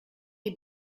les